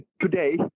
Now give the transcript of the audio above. today